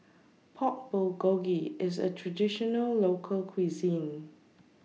Pork Bulgogi IS A Traditional Local Cuisine